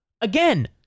again